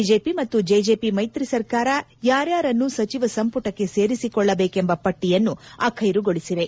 BJP ಮತ್ತು JJP ಮೈತ್ರಿ ಸರ್ಕಾರ ಯಾರ್ಯಾರನ್ನು ಸಚಿವ ಸಂಪುಟಕ್ಕೆ ಸೇರಿಸಿಕೊಳ್ಳಬೇಕೆಂಬ ಪಟ್ಟಿಯನ್ನು ಆಖ್ಟೆರುಗೊಳಿಸಿವೆ